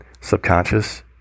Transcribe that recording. subconscious